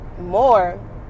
more